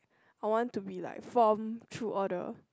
I want to be like form through all the